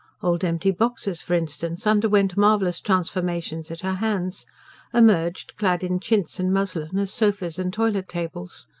old empty boxes, for instance, underwent marvellous transformations at her hands emerged, clad in chintz and muslin, as sofas and toilet-tables.